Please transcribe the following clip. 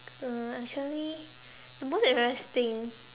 um actually the most embarrassing thing